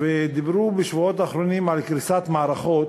ודיברו בשבועות האחרונים על קריסת מערכות,